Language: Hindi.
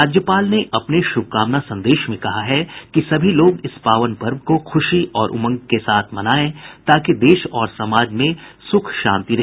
राज्यपाल ने अपने शुभकामना संदेश में कहा है कि सभी लोग इस पावन पर्व को खुशी और उमंग के साथ मनायें ताकि देश और समाज में सुख शांति रहे